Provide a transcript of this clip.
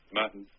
Martin